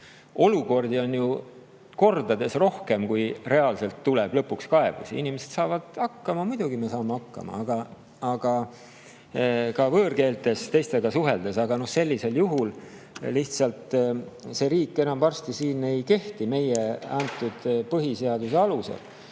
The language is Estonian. olukordi taksodes on kordades rohkem, kui reaalselt tuleb lõpuks kaebusi. Inimesed saavad hakkama, muidugi me saame hakkama, ka võõrkeeltes teistega suheldes, aga sellisel juhul lihtsalt see riik enam varsti siin ei kehti meie põhiseaduse alusel.